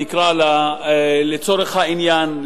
נקרא לה לצורך העניין,